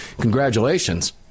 Congratulations